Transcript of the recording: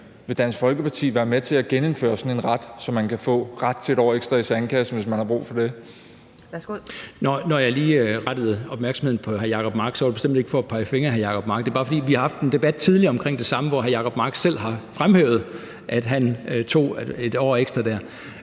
Vil Dansk Folkeparti være med til at genindføre sådan en ret, så man kan få ret til et år ekstra i sandkassen, hvis man har brug for det? Kl. 11:16 Anden næstformand (Pia Kjærsgaard): Værsgo. Kl. 11:16 Kristian Thulesen Dahl (DF): Når jeg lige rettede opmærksomheden på hr. Jacob Mark, var det bestemt ikke for at pege fingre ad hr. Jacob Mark. Det er bare, fordi vi har haft en debat tidligere om det samme, hvor hr. Jacob Mark selv har fremhævet, at han tog et år ekstra der.